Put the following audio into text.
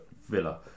Villa